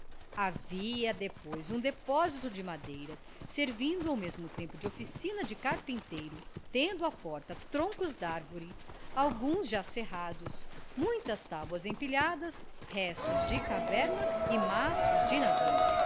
havia depois um depósito de madeiras servindo ao mesmo tempo de oficina de carpinteiro tendo à porta troncos de arvore alguns já serrados muitas tábuas empilhadas restos de cavernas e mastros de navio